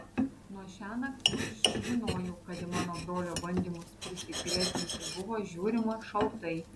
nuo šiąnakt jau žinojau kad į mano brolio bandymus prisigretinti buvo žiūrima šaltai